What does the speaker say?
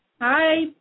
Hi